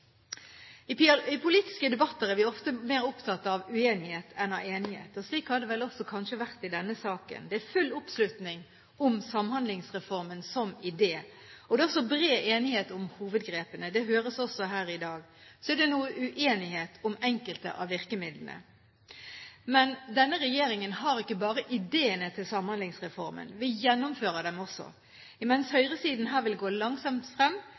sentrale aktører. I politiske debatter er vi ofte mer opptatt av uenighet enn av enighet. Slik har det vel også kanskje vært i denne saken. Det er full oppslutning om Samhandlingsreformen som idé, og det er også bred enighet om hovedgrepene. Det høres også her i dag. Så er det noe uenighet om enkelte av virkemidlene. Denne regjeringen har ikke bare ideene til Samhandlingsreformen. Vi gjennomfører dem også. Mens høyresiden her vil gå langsomt frem,